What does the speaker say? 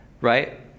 right